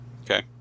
Okay